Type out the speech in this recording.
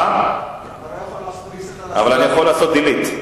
אבל אני יכול לעשות delete.